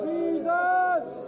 Jesus